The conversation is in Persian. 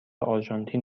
آرژانتین